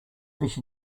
fish